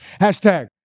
hashtag